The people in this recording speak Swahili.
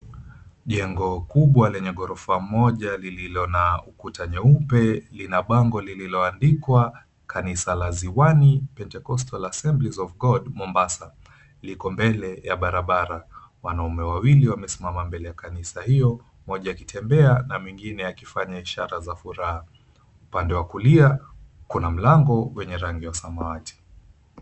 Jengo kubwa lenye ghorofa moja lililo na ukuta nyeupe, lina bango lililoandikwa, "Kanisa la Ziwani Pentecostal Assemblies of God, Mombasa." Liko mbele ya barabara, wanaume wawili wamesimama mbele ya kanisa hiyo, mmoja akitembea na mwengine akifanya ishara za furaha. Upande wa kulia kuna mlango wenye rangi ya samawati.